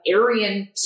Aryan